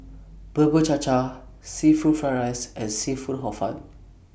Bubur Cha Cha Seafood Fried Rice and Seafood Hor Fun